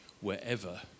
wherever